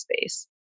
space